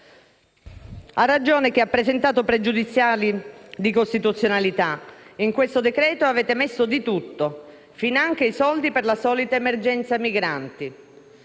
Ha ragione chi ha presentato pregiudiziali di costituzionalità: in questo decreto-legge avete messo di tutto, finanche i soldi per la solita emergenza migranti.